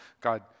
God